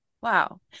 Wow